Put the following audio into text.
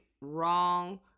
wrong